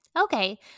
Okay